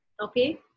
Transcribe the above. Okay